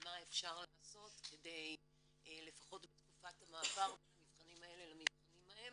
ומה אפשר לעשות כדי לפחות בתקופת המעבר בין המבחנים האלה למבחנים ההם,